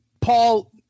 Paul